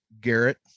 Garrett